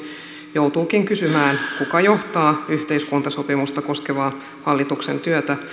joutuukin kysymään kuka johtaa yhteiskuntasopimusta koskevaa hallituksen työtä